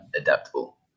adaptable